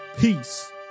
Peace